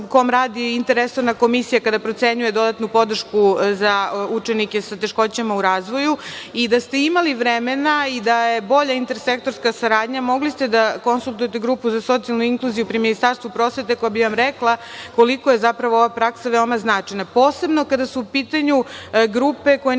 kom radi interresorna komisija kada procenjuje dodatnu podršku za učenike sa teškoćama u razvoju i da ste imali vremena i da je bolja intersektorska saradnja, mogli ste da konsultujete Grupu za socijalnu inkluziju pri Ministarstvu prosvete, koja bi vam rekla koliko je zapravo ova praksa veoma značajna, posebno kada su u pitanju grupe koje nisu